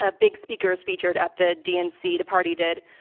ah big speakers featured at the dnc, the party did,